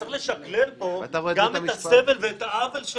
צריך לשקלל פה גם את הסבל ואת העוול של